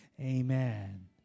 amen